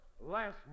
last